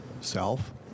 self